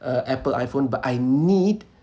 a apple iphone but I need